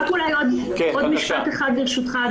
אדוני, רק אולי עוד משפט אחד, ברשותך.